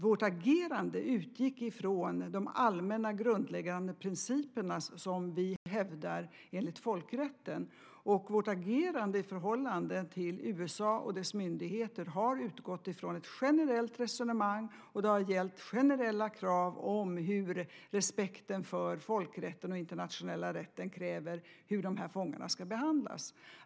Vårt agerande utgick från de allmänna grundläggande principerna som vi hävdar enligt folkrätten. Vårt agerande i förhållande till USA och dess myndigheter har utgått från ett generellt resonemang och har gällt hur respekten för folkrätten och den internationella rätten kräver att fångarna ska behandlas.